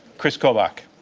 kris kobach.